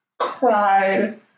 Cried